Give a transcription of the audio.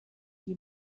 die